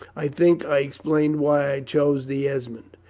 i think i explained why i chose the esmond,